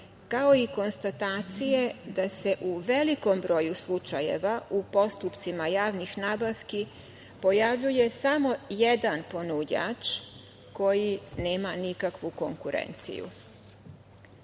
kao i konstatacije da se u velikom broju slučajeva u postupcima javnih nabavki pojavljuje samo jedan ponuđač koji nema nikakvu konkurenciju. Iz